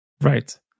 Right